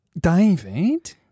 David